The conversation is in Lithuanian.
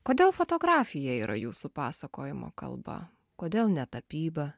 kodėl fotografija yra jūsų pasakojimo kalba kodėl ne tapyba